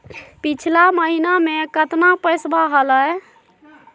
पिछला महीना मे कतना पैसवा हलय?